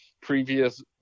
previous